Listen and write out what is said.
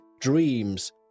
dreams